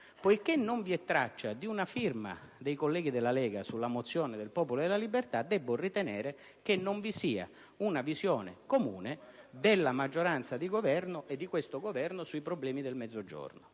Poiché non vi è traccia di una firma dei colleghi della Lega sulla mozione del Popolo della Libertà devo ritenere che non vi sia una visione comune della maggioranza e di questo Governo sui problemi del Mezzogiorno